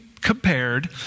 compared